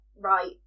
right